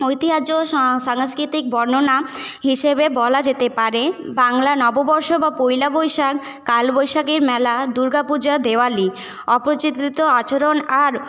সাংস্কৃতিক বর্ণনা হিসেবে বলা যেতে পারে বাংলা নববর্ষ বা পয়লা বৈশাখ কালবৈশাখীর মেলা দূর্গাপূজা দেওয়ালি অপচিত আচরণ আর